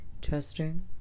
Testing